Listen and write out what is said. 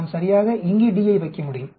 நாம் சரியாக இங்கே D யை வைக்க முடியும்